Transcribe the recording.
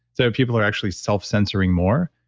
so, people are actually self-censoring more.